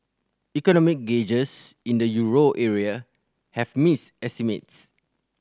economic gauges in the euro area have missed estimates